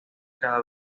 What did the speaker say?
cada